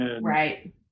Right